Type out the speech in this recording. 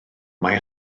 mai